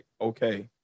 okay